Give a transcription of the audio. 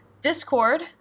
discord